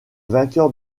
vainqueur